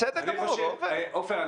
בסדר גמור, עופר.